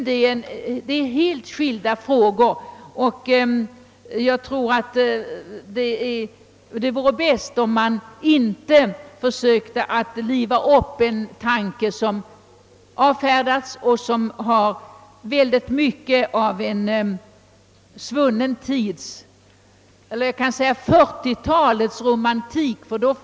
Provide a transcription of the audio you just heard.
Det är alltså en helt annan fråga. Det vore nog bäst om man inte försökte liva upp en tanke som redan avfärdats och som har mycket av 1940 talets romantik över sig.